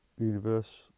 universe